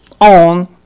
on